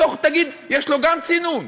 תגיד: גם לו יש צינון.